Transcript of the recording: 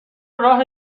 راه